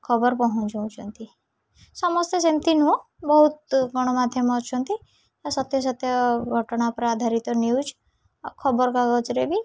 ଖବର ପହଞ୍ଚାଉଛନ୍ତି ସମସ୍ତେ ସେମିତି ନୁହଁ ବହୁତ ଗଣମାଧ୍ୟମ ଅଛନ୍ତି ସତ୍ୟାସତ୍ୟ ଘଟଣା ଉପରେ ଆଧାରିତ ନ୍ୟୁଜ୍ ଆଉ ଖବରକାଗଜରେ ବି